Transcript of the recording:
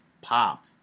Pop